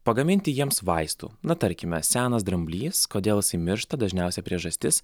pagaminti jiems vaistų na tarkime senas dramblys kodėl jisai miršta dažniausia priežastis